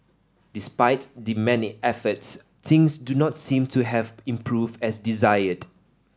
despite the many efforts things do not seem to have improved as desired